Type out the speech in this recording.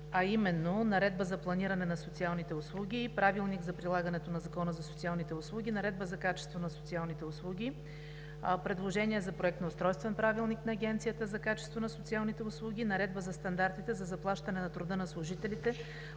а именно Наредба за планиране на социалните услуги, Правилник за прилагането на Закона за социалните услуги, Наредба за качество на социалните услуги, предложение за Проект на устройствен правилник на Агенцията за качество на социалните услуги, Наредба за стандартите за заплащане на труда на служителите,